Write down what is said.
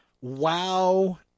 WoW